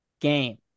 Game